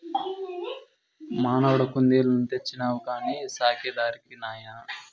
మనవడా కుందేలుని తెచ్చినావు కానీ సాకే దారేది నాయనా